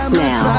now